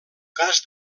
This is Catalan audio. cas